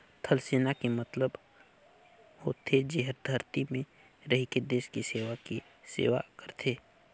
थलसेना के मतलब होथे जेहर धरती में रहिके देस के सेवा के सेवा करथे